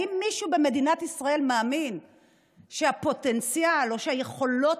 האם מישהו במדינת ישראל מאמין שהפוטנציאל או שהיכולות